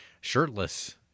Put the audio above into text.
shirtless